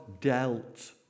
dealt